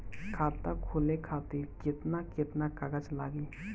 खाता खोले खातिर केतना केतना कागज लागी?